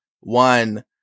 one